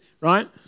right